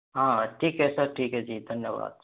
हाँ ठीक है सर ठीक है जी धन्यवाद